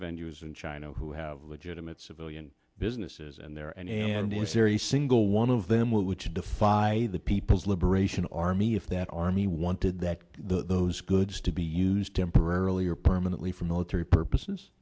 years in china who have legitimate civilian businesses and there and it was very single one of them which defy the people's liberation army if that army wanted that those goods to be used temporarily or permanently for military purposes